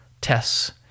tests